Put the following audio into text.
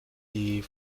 die